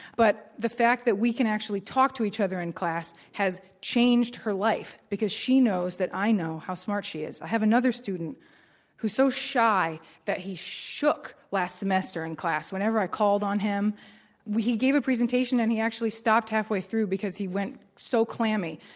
but the fact that we can actually talk to each other in class has changed her life, because she knows that i know how smart she is. i have another student who is so shy that he shook last semester in class. whenever i called on him he gave presentation and he actually stopped halfway through because he went so clammy.